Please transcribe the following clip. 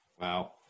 Wow